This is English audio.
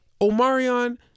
Omarion